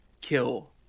kill